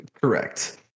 Correct